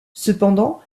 cependant